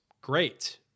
great